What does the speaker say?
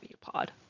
pod